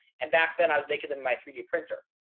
and back then i was making them my three d printer.